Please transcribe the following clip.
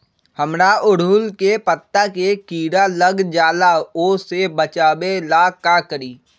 हमरा ओरहुल के पत्ता में किरा लग जाला वो से बचाबे ला का करी?